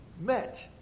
met